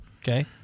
Okay